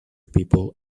people